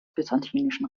byzantinischen